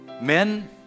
men